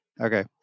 okay